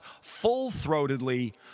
full-throatedly